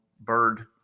bird